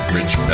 Rich